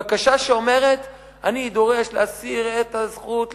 בקשה שאומרת: אני דורש להסיר את הזכות לתנועה,